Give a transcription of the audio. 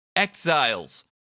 Exiles